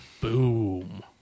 boom